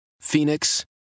Phoenix